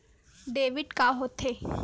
Debit का होथे?